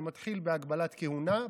זה מתחיל בהגבלת כהונה,